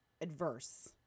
adverse